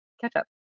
ketchup